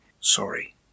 Sorry